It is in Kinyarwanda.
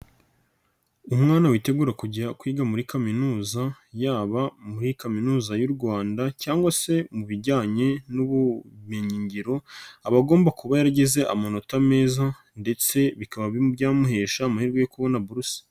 Umwana witegura kujya kwiga muri kaminuza yaba muri Kaminuza y'u Rwanda cyangwa se mu bijyanye n'ubumenyingiro aba agomba kuba yara yagize amanota meza ndetse bikaba byamuhesha amahirwe yo kubona buruse.